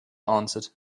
answered